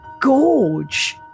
gorge